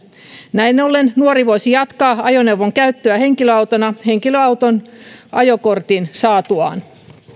näin ollen nuori voisi jatkaa ajoneuvon käyttöä henkilöautona henkilöauton ajokortin saatuaan